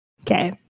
okay